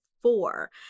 four